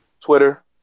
Twitter